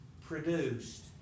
produced